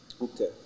Okay